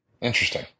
Interesting